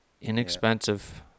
inexpensive